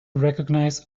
recognize